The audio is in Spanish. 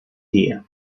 día